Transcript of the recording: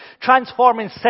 transforming